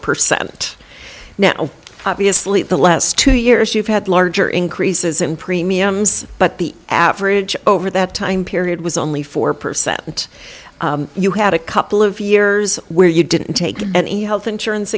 percent now obviously the last two years you've had larger increases in premiums but the average over that time period was only four percent you had a couple of years where you didn't take any health insurance